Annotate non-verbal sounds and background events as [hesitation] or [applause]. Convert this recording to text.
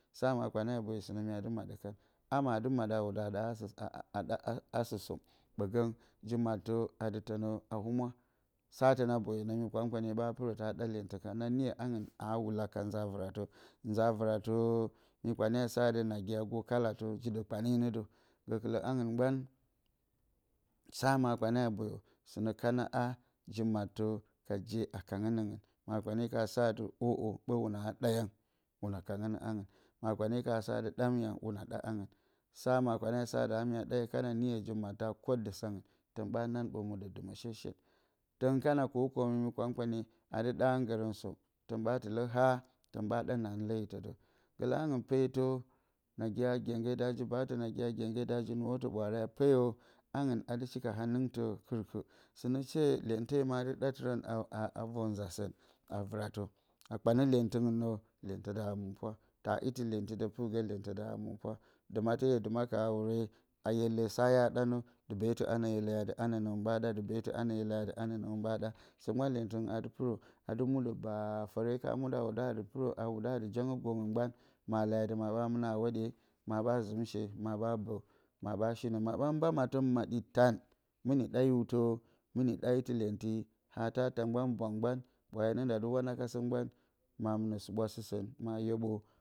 Sa makpane a boyo, sɨnǝ mya dɨ maɗǝ kan. Ama aa dɨ maɗǝ a wudǝ a ɗa [hesitation] asǝ som. Ɓǝgǝng ji-mattǝ a dɨ tǝnǝ a humwa. sa tǝna boyo nǝ mi kpan-kpanye ɓa pɨrǝ ta ɗa lyentǝ kan. Na niyo, angɨn aa wula ka nza vɨratǝ. Nza vɨratǝ, mi kpanye a sa atɨ, nagi a gwo-kalatǝ. jiɗǝ kpane nǝ dǝ. Gǝkɨlǝ angɨn mgban a makpane a boyo, sɨnǝ kana a ji-mattǝ ka je a kanǝ nǝngɨn. makpane ka sa atɨ ǝ'ǝ, ɓǝ hwunaa ɗa yang, hwuna kanǝ nǝ angɨn. Makpane ka sa atɨ ɗam yang hwuna ɗa angɨn. Sa makpane a sa a mya ɗa, hye kana niyo ji-mattǝ a kwoddǝ sǝngɨn, tǝn ɓa nan ɓǝ muɗǝ dɨmǝ shet-shet. Tǝn kana kwo kormi mi kpan-kpanye, a dɨ ɗa hɨngǝrǝn som, tǝn ɓa tɨlǝ haa tǝn ɓa ɗa na hɨn leyitǝ dǝ. Gǝlǝ angɨn peetǝ. nagi a gyengge da ji baatǝ nagi gyengge da zɨ nuwotǝ, ɓwaare a peyo, angɨn a dɨ shi ka hanɨngtǝ kɨr-kɨr. Sɨnǝ she, lyente ma a dɨ ɗa tɨrǝn a vor nza sǝn a vɨratǝ. A kpanǝ lyentɨngɨn nǝ lyentɨ da hǝmɨnpwa. Taa itɨ lyenti dǝ pɨrgǝ lyentɨ da hǝmɨnpwa. Dɨmate hye dɨma ka hawure, a hye lee sa hya ɗa nǝ, dɨ beetɨ anǝ hye leyo a dɨ anǝ nǝ hɨn ɓa ɗa. Dɨ beetɨ anǝ, hye leyo a dɨ anǝ nǝ hɨn ɓa ɗa. Sǝ mgban lyentɨngɨn a dɨ pɨrǝ a dɨ muɗǝ baa fǝre ka muɗǝ a wudǝ a dɨ pɨrǝ, a wudǝ a dɨ jengǝ gwongɨn mgban, ma leyo a dɨ ma ɓa mɨna a hwoɗye, ma ɓa zɨmshe. ma ɓa bǝ, ma ɓa shinǝ, ma ɓa mba mattǝ maɗi tan, mɨni ɗa hiwtǝ. mi ɗa itɨ lyenti. haa ta taa mgban bwang mgban ɓwaare ne nda dɨ wanakasǝ ma mɨnǝ suɓwa sɨsǝn, ma yeɓwo